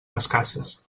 escasses